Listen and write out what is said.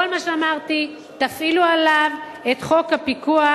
כל מה שאמרתי: תפעילו עליו את חוק הפיקוח,